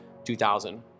2000